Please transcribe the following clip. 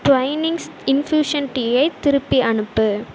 Twinings infusion டீயை திருப்பி அனுப்பு